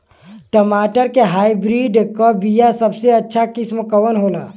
टमाटर के हाइब्रिड क बीया सबसे अच्छा किस्म कवन होला?